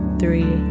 three